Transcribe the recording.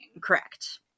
Correct